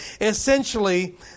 Essentially